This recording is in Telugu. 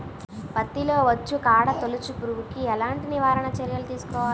పత్తిలో వచ్చుకాండం తొలుచు పురుగుకి ఎలాంటి నివారణ చర్యలు తీసుకోవాలి?